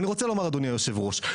ואני רוצה לומר אדוני היושב ראש,